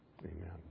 amen